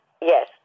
Yes